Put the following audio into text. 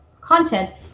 content